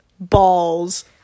Balls